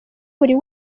buri